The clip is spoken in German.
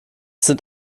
sind